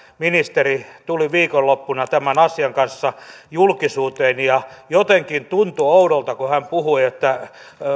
ministeri tuli viikonloppuna tämän asian kanssa julkisuuteen ja jotenkin tuntui oudolta että hän puhui että